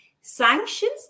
sanctions